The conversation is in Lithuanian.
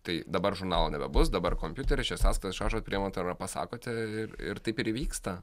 tai dabar žurnalo nebebus dabar kompiuteris čia sąskaitą išrašot priemat ar pasakote ir ir taip ir įvyksta